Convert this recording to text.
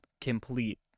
complete